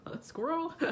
Squirrel